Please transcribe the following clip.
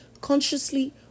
consciously